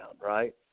right